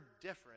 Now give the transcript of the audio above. different